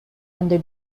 under